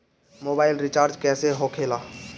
Mobile recharge कैसे होखे ला?